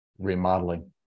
remodeling